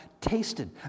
tasted